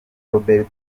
robert